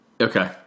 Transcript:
Okay